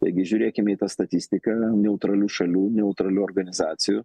taigi žiūrėkime į tą statistiką neutralių šalių neutralių organizacijų